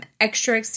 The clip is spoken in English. extra